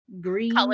green